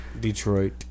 Detroit